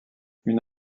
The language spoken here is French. une